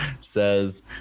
says